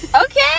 Okay